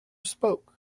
spoke